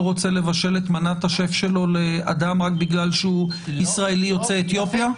רוצה לבשל את מנת השף שלו לאדם רק בגלל שהוא ישראלי יוצא אתיופיה?